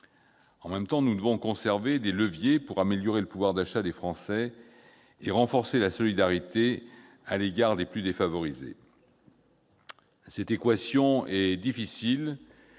Simultanément, nous devons conserver des leviers pour améliorer le pouvoir d'achat des Français et renforcer la solidarité à l'égard des plus défavorisés. Cette équation est difficile,